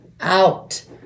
out